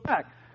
back